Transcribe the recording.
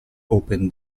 open